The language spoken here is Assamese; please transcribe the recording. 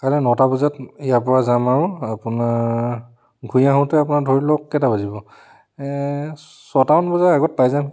কাইলৈ নটা বজাত ইয়াৰ পৰা যাম আৰু আপোনাৰ ঘূৰি আহোঁতে আপোনাৰ ধৰি লওক কেইটা বাজিব ছয়টা মান বজাৰ আগত পাই যাম